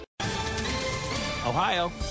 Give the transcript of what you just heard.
Ohio